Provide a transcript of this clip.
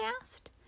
asked